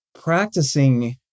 Practicing